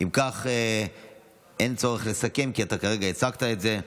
אם כך, אין צורך לסכם כי אתה כרגע הצגת את זה.